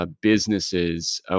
businesses